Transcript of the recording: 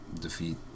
defeat